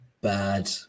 bad